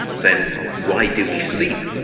then why do we sleep?